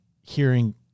hearing